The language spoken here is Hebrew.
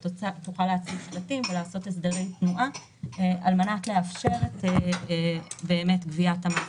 היא תוכל להציב שלטים ולעשות הסדרי תנועה על מנת לאפשר את גביית המס.